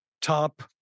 top